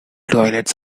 toilets